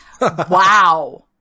Wow